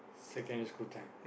secondary school time